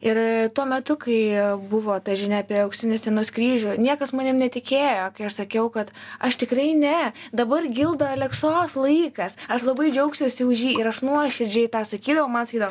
ir tuo metu kai buvo ta žinia apie auksinį scenos kryžių niekas manim netikėjo kai aš sakiau kad aš tikrai ne dabar gildo aleksos laikas aš labai džiaugsiuosi už jį ir aš nuoširdžiai tą sakydavau man sakydavo